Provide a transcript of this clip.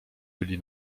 byli